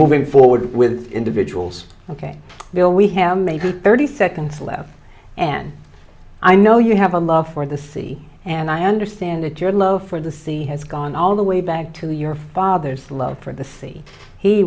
moving forward with individuals ok will we have thirty seconds left and i know you have a month for the city and i understand that your love for the sea has gone all the way back to your father's love for the